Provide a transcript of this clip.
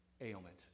ailment